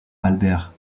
albert